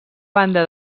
banda